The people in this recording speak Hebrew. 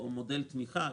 או מודל תמיכה,